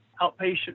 outpatient